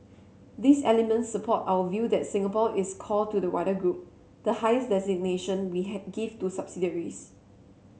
these elements support our view that Singapore is core to the wider group the highest designation we had give to subsidiaries